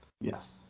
Yes